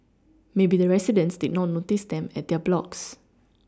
maybe the residents did not notice them at their blocks